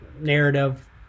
narrative